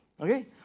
okay